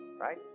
right